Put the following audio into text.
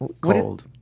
Cold